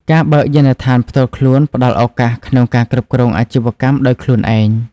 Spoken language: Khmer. ការបើកយានដ្ឋានផ្ទាល់ខ្លួនផ្តល់ឱកាសក្នុងការគ្រប់គ្រងអាជីវកម្មដោយខ្លួនឯង។